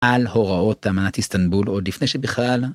על הוראות אמנת איסטנבול עוד לפני שבכלל